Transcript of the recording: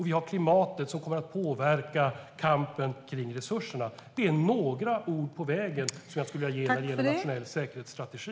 Vi har klimatet, som kommer att påverka kampen om resurserna. Det är några ord på vägen som jag skulle vilja ge när det gäller en nationell säkerhetsstrategi.